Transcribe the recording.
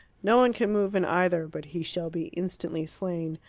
no one can move in either but he shall be instantly slain,